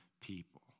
people